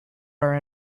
our